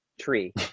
tree